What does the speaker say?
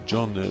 John